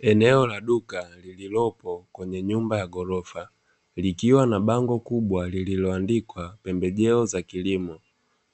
Eneo la duka lililopo kwenye nyumba ya ghorofa likiwa na bango kubwa lililoandikwa pembejeo za kilimo,